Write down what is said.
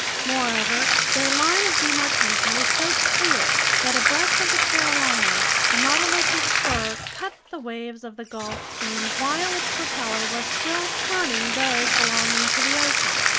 moreover, their line of demarcation is so clear that abreast of the carolinas, the nautilus's spur cut the waves of the gulf stream while its propeller was still churning those belonging to the ocean.